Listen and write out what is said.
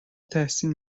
تحسین